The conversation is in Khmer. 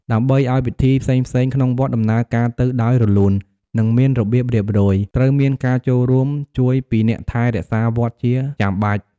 ដើម្បីឲ្យពិធីផ្សេងៗក្នុងវត្ត ដំណើរការទៅដោយរលូន និងមានរបៀបរៀបរយ ត្រូវមានការចូលរួមជួយពីអ្នកថែរក្សាវត្តជាចាំបាច់។